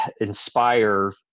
inspire